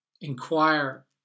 inquire